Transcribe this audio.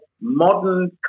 modern